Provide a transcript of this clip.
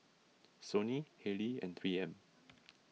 Sony Haylee and three M